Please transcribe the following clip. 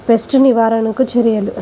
Pest నివారణకు చర్యలు?